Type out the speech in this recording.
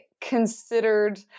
considered